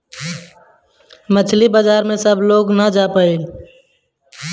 मछरी बाजार में सब लोग ना जा पाई